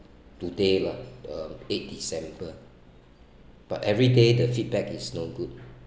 today lah um eighth december but every day the feedback is no good